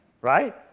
right